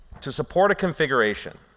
to support a configuration